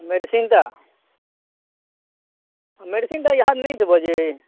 ମେଡ଼ିସିନ୍ଟା medicine ଇହା ନାଇ ଦେବଯେ